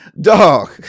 dog